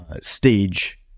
stage